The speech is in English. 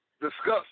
discuss